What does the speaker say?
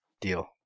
Deal